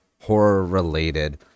horror-related